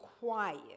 quiet